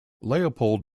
leopold